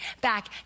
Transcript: back